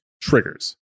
triggers